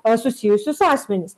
a susijusius asmenis